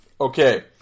Okay